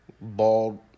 bald